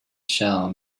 shell